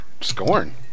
Scorn